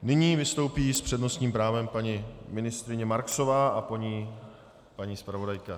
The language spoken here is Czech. Nyní vystoupí s přednostním právem paní ministryně Marksová a po ní paní zpravodajka.